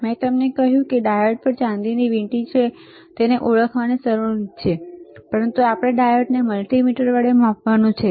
મેં તમને કહ્યું કે ડાયોડ પર ચાંદીની વીંટી છે જે તેને ઓળખવાની સરળ રીત છે પરંતુ આપણે ડાયોડને મલ્ટિમીટર વડે માપવાનું છે